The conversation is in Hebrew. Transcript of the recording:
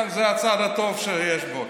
כן, זה הצד הטוב שיש בו.